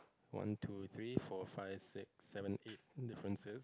one two three four five six seven eight differences